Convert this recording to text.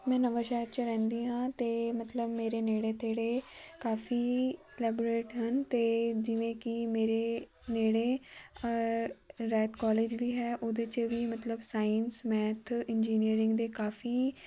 ਮੈਂ ਨਵਾਂ ਸ਼ਹਿਰ 'ਚ ਰਹਿੰਦੀ ਹਾਂ ਅਤੇ ਮਤਲਬ ਮੇਰੇ ਨੇੜੇ ਤੇੜੇ ਕਾਫੀ ਕਲੈਬਰੇਟ ਹਨ ਅਤੇ ਜਿਵੇਂ ਕਿ ਮੇਰੇ ਨੇੜੇ ਰੈਕ ਕੋਲੇਜ ਵੀ ਹੈ ਉਹਦੇ 'ਚ ਵੀ ਮਤਲਬ ਸਾਈਨਸ ਮੈਥ ਇੰਜੀਨੀਅਰਿੰਗ ਦੇ ਕਾਫੀ